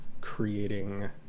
creating